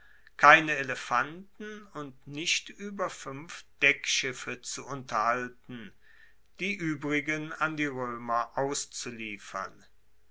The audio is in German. keine elefanten und nicht ueber fuenf deckschiffe zu unterhalten die uebrigen an die roemer auszuliefern